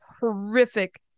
horrific